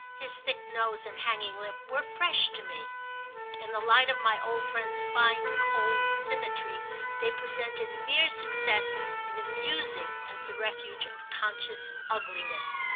his thick nose and hanging lip, were fresh to me in the light of my old friend's fine cold symmetry they presented mere success in amusing as the refuge of conscious ugliness.